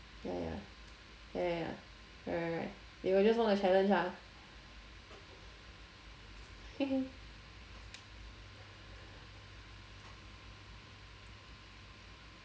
ya ya ya ya ya right right right they will just want to challenge lah